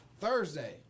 Thursday